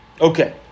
Okay